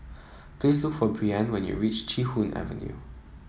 please look for Brianne when you reach Chee Hoon Avenue